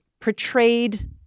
portrayed